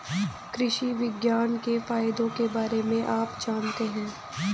कृषि विज्ञान के फायदों के बारे में आप जानते हैं?